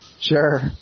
Sure